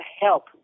help